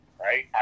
Right